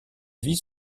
vie